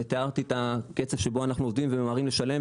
ותיארתי את הקצב שבו אנחנו עובדים וממהרים לשלם,